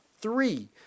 three